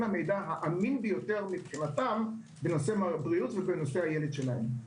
המידע האמין ביותר מבחינתם בנושא בריאות והילד שלהם.